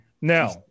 Now